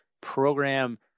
program –